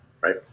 right